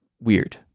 weird